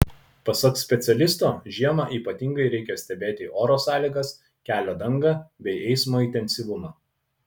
pasak specialisto žiemą ypatingai reikia stebėti oro sąlygas kelio dangą bei eismo intensyvumą